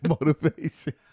motivation